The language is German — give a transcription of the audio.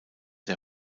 der